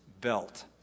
belt